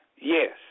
Yes